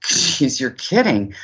jeez, you're kidding.